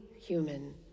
human